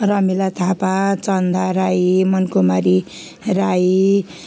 Ramila Thapa Chanda Rai Mankumari Rai